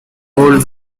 old